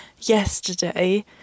Yesterday